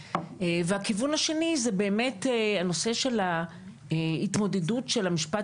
הכיוון השני הוא הנושא של ההתמודדות של המשפט